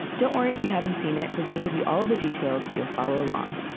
don't worry if you haven't seen it. we're gonna give you all the details so you'll follow along